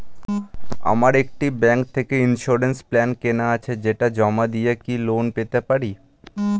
আমার একটি ব্যাংক থেকে ইন্সুরেন্স প্ল্যান কেনা আছে সেটা জমা দিয়ে কি লোন পেতে পারি?